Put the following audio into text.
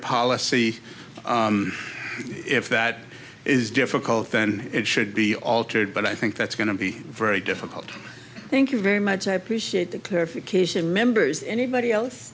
policy if that is difficult then it should be altered but i think that's going to be very difficult thank you very much i appreciate the clarification members anybody else